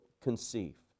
conceive